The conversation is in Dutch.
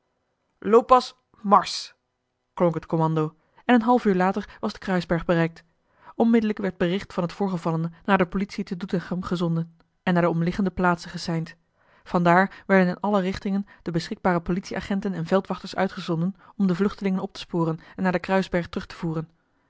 looppas marsch klonk het kommando en een half uur later was de kruisberg bereikt onmiddellijk werd bericht van het voorgevallene naar de politie te doetinchem gezonden en naar de omliggende plaatsen geseind vandaar werden in alle richtingen de beschikbare politieagenten en eli heimans willem roda veldwachters uitgezonden om de vluchtelingen op te sporen en naar den kruisberg terug te voeren